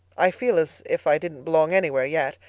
i feel as if i didn't belong anywhere yet.